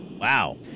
Wow